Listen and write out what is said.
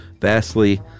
vastly